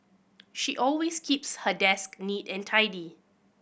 she always keeps her desk neat and tidy